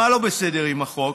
מה לא בסדר עם החוק?